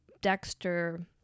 dexter